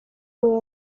mwene